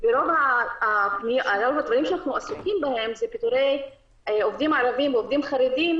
רוב הדברים שאנחנו עסוקים בהם הם פיטורי עובדים ערבים ועובדים חרדים